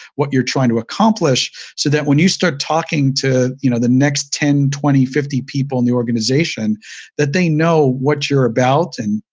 what you're trying to accomplish so that when you start talking to you know the next ten, twenty, fifty people in the organization that they know what you're about and,